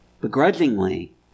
begrudgingly